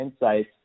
insights